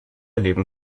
leben